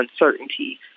uncertainty